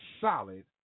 solid